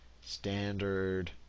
Standard